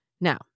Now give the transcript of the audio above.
Now